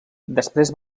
després